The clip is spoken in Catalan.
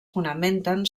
fonamenten